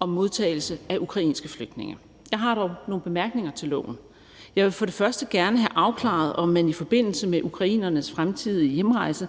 om modtagelse af ukrainske flygtninge. Jeg har dog nogle bemærkninger til loven. Jeg vil for det første gerne have afklaret, om man i forbindelse med ukrainernes fremtidige hjemrejse